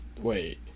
wait